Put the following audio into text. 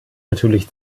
natürlich